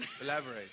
Elaborate